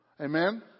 Amen